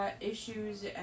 issues